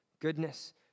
goodness